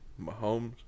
Mahomes